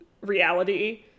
reality